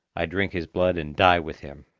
i drink his blood and die with him!